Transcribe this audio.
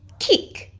kick!